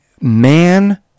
man